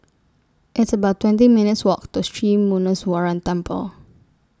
It's about twenty minutes' Walk to Sri Muneeswaran Temple